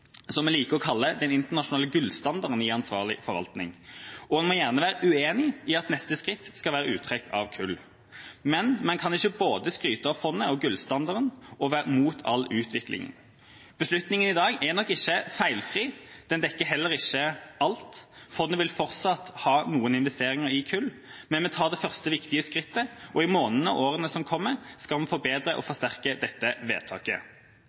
som vi liker å kalle den internasjonale gullstandarden i ansvarlig forvaltning. En må gjerne være uenig i at neste skritt skal være uttrekk av kull, men en kan ikke både skryte av fondet og gullstandarden og være imot all utvikling. Beslutninga i dag er nok ikke feilfri. Den dekker heller ikke alt. Fondet vil fortsatt ha noen investeringer i kull, men vi tar det første viktige skrittet, og i månedene og årene som kommer, skal vi forbedre og forsterke dette vedtaket.